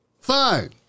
Fine